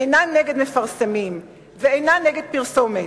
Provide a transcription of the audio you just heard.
אינה נגד מפרסמים ואינה נגד פרסומת.